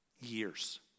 years